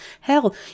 Hell